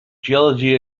geology